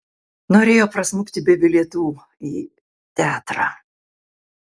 norėjo prasmukti be bilietų į teatrą